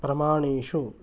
प्रमाणेषु